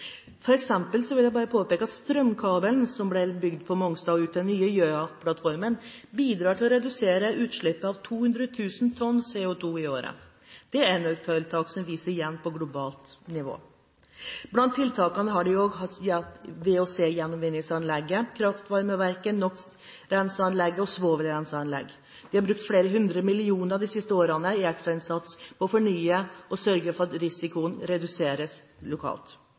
vil f.eks. påpeke at strømkabelen som ble bygd på Mongstad og lagt ut til den nye Gjøa-plattformen, bidrar til å redusere utslippene av CO2 med 200 000 tonn i året. Det er et enøktiltak som vises igjen på globalt nivå. Blant tiltakene har de også VOC-gjenvinningsanlegget, kraftvarmeverket, NOx-renseanlegget og svovelrenseanlegget. De har brukt flere hundre millioner de siste årene i ekstrainnsats på å fornye og sørge for at risikoen reduseres lokalt.